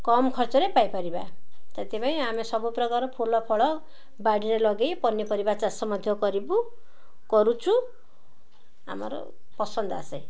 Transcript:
କମ୍ ଖର୍ଚ୍ଚରେ ପାଇପାରିବା ସେଥିପାଇଁ ଆମେ ସବୁପ୍ରକାର ଫୁଲ ଫଳ ବାଡ଼ିରେ ଲଗାଇ ପନିପରିବା ଚାଷ ମଧ୍ୟ କରିବୁ କରୁଛୁ ଆମର ପସନ୍ଦ ଆସେ